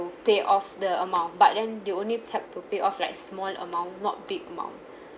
pay off the amount but then they only help to pay off like small amount not big amount